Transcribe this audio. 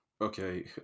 Okay